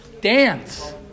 dance